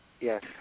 Yes